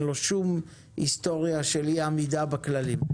לו שום היסטוריה של אי עמידה בכללים.